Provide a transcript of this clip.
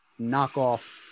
knockoff